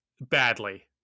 badly